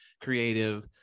creative